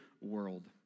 world